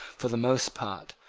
for the most part,